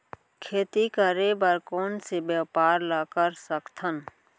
खेती करे बर कोन से व्यापार ला कर सकथन?